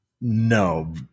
No